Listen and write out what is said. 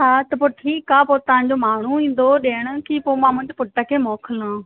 हा त पोइ ठीक आहे पोइ तव्हांजो माण्हू ईंदो ॾियण की पोइ मां मुंहिंजे पुट खे मोकिला